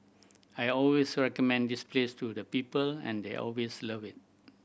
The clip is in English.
I always recommend this place to the people and they always love it